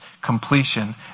completion